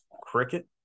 cricket